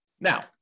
Now